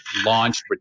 launched